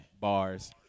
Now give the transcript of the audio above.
Bars